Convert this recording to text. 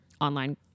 online